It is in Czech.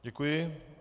Děkuji.